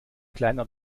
kleiner